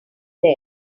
there